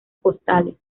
postales